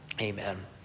Amen